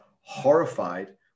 horrified